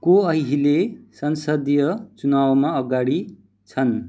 को अहिले संसदीय चुनावमा अगाडि छन्